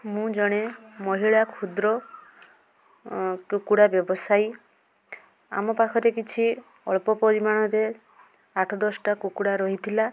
ମୁଁ ଜଣେ ମହିଳା କ୍ଷୁଦ୍ର କୁକୁଡ଼ା ବ୍ୟବସାୟୀ ଆମ ପାଖରେ କିଛି ଅଳ୍ପ ପରିମାଣରେ ଆଠ ଦଶଟା କୁକୁଡ଼ା ରହିଥିଲା